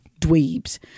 dweebs